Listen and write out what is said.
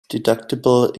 deductible